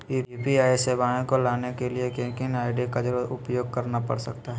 UPI सेवाएं को लाने के लिए किन किन आई.डी का उपयोग करना पड़ सकता है?